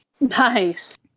Nice